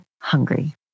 hungry